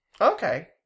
Okay